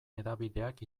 hedabideak